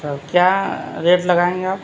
کیا ریٹ لگائیں گے آپ